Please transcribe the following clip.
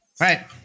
right